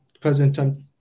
president